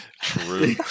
True